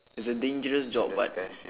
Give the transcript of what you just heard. it's a dangerous job but